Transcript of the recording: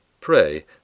pray